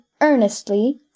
earnestly